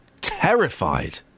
terrified